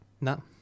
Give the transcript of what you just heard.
no